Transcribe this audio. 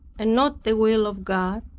and not the will of god,